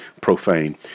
profane